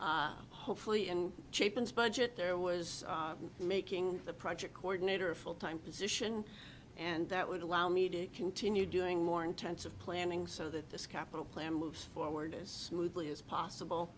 on hopefully and cheapens budget there was making the project coordinator a full time position and that would allow me to continue doing more intensive planning so that this capital plan moves forward as smoothly as possible